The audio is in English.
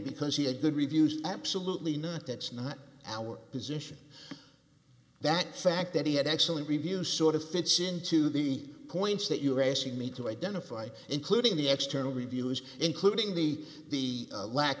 because he a good reviews absolutely not that's not our position that fact that he had actually review sort of fits into the points that you were asking me to identify including the external reviews including the